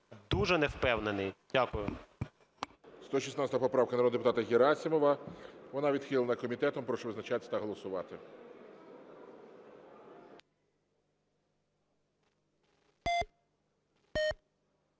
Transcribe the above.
Дуже не впевнений. Дякую.